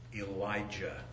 Elijah